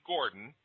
Gordon